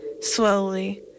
slowly